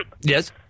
Yes